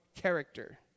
character